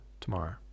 tomorrow